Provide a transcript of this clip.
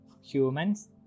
humans